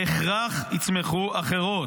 בהכרח יצמחו אחרות.